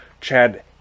Chad